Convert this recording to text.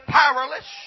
powerless